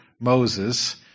Moses